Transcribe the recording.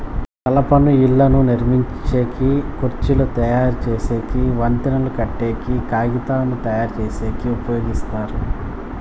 కలపను ఇళ్ళను నిర్మించేకి, కుర్చీలు తయరు చేసేకి, వంతెనలు కట్టేకి, కాగితంను తయారుచేసేకి ఉపయోగిస్తారు